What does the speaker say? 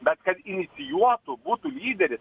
bet kad inicijuotų būtų lyderis